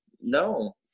no